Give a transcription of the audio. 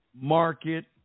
market